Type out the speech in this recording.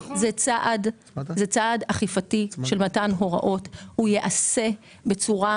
זה צעד אכיפתי של מתן הוראות, והוא ייעשה בצורה